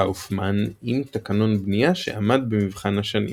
קאופמן עם תקנון בנייה שעמד במבחן השנים.